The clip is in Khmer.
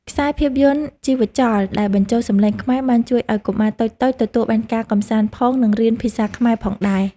ខ្សែភាពយន្តជីវចលដែលបញ្ចូលសំឡេងខ្មែរបានជួយឱ្យកុមារតូចៗទទួលបានការកម្សាន្តផង និងរៀនភាសាខ្មែរផងដែរ។